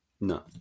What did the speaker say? No